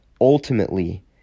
Ultimately